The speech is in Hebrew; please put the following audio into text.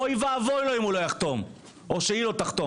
אוי ואבוי לו אם הוא לא יחתום או שהיא לא תחתום.